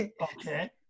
okay